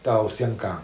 到香港